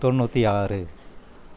தொண்ணூற்றி ஆறு